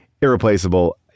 irreplaceable